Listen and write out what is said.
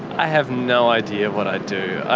i have no idea what i'd do.